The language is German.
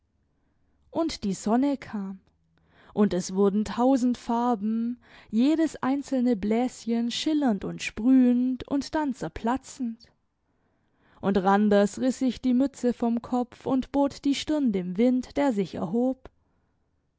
und die sonne kam und es wurden tausend farben jedes einzelne bläschen schillernd und sprühend und dann zerplatzend und randers riss sich die mütze vom kopf und bot die stirn dem wind der sich erhob